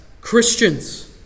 Christians